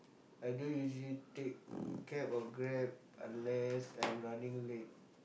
I don't usually take cab or Grab unless I'm running late